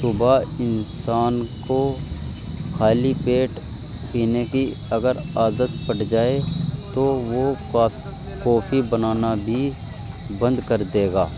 صبح انسان کو خالی پیٹ پینے کی اگر عادت پڑ جائے تو وہ پاس کوفی بنانا بھی بند کر دے گا